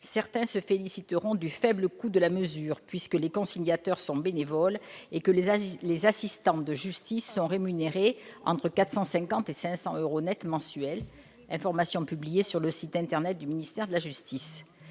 Certains se féliciteront du faible coût de la mesure, puisque les conciliateurs sont bénévoles et que les assistants de justice sont rémunérés entre 450 et 500 euros nets mensuels, selon une information publiée sur le site internet du ministère de la justice.